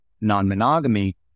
non-monogamy